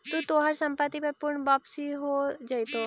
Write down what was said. तू तोहार संपत्ति पर पूर्ण वापसी हो जाएतो